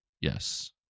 Yes